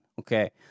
Okay